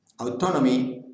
autonomy